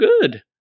good